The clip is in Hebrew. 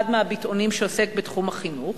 אחד מהביטאונים שעוסקים בתחום החינוך.